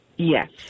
Yes